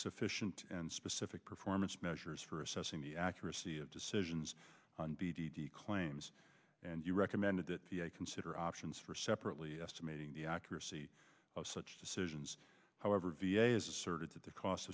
sufficient and specific performance measures for assessing the accuracy of decisions b d d claims and you recommended that i consider options for separately estimating the accuracy of such decisions however v a asserted that the cost